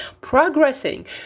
progressing